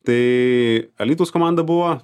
tai alytaus komanda buvo